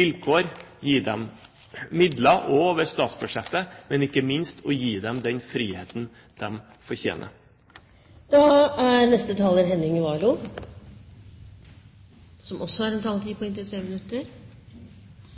vilkår, gis midler – også over statsbudsjettet – men ikke minst gis den friheten de fortjener. Dette er jo en debatt om rammebetingelsene for frivillig sektor og slik sett en